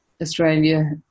Australia